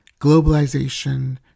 globalization